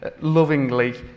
lovingly